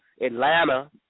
Atlanta